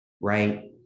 right